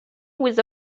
which